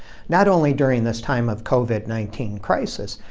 not only during this time of covid nineteen crisis,